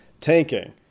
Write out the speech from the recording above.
tanking